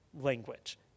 language